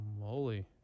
moly